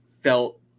felt